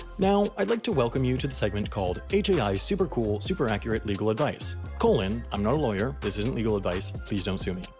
now, i'd like to welcome you to the segment called, hai's super cool, super accurate legal advice and i'm not a lawyer, this isn't legal advice, please don't sue me.